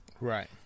Right